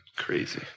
crazy